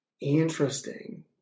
Interesting